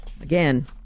Again